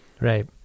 Right